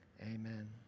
Amen